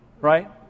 Right